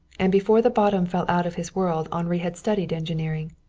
and before the bottom fell out of his world henri had studied engineering.